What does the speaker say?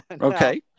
okay